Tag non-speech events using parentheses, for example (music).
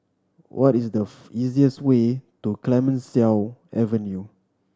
what is the (unintelligible) easiest way to Clemenceau Avenue